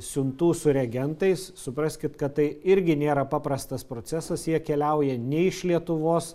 siuntų su reagentais supraskit kad tai irgi nėra paprastas procesas jie keliauja ne iš lietuvos